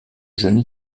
jeune